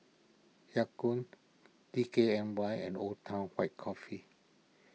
Ya Kun D K N Y and Old Town White Coffee